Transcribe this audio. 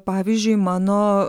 pavyzdžiui mano